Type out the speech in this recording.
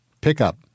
pickup